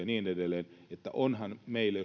niin edelleen onhan meillä